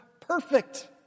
Perfect